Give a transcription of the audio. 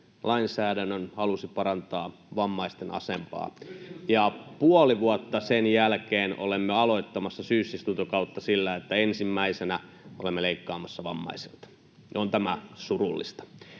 Myös edustaja Antikainen!] ja puoli vuotta sen jälkeen olemme aloittamassa syysistuntokautta sillä, että ensimmäisenä olemme leikkaamassa vammaisilta. On tämä surullista